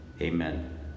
Amen